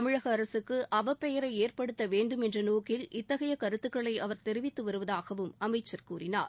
தமிழக அரசுக்கு அவப்பெயரை ஏற்படுத்தவேண்டும் என்ற நோக்கில் இத்தகைய கருத்துகளை அவர் தெரிவித்து வருவதாகவும் அமைச்சர் கூறினார்